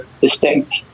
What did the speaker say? distinct